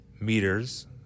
meters